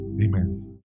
Amen